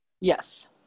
Yes